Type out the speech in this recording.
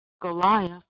goliath